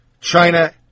China